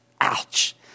Ouch